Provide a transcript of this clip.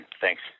Thanks